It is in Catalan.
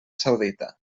saudita